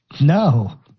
No